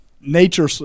nature –